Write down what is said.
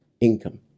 income